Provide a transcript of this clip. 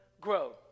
grow